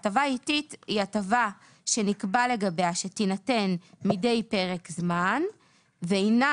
"הטבה עיתית" הטבה שנקבע לגביה פרק זמן ואינה